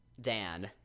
Dan